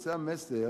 יצא המסר